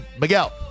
Miguel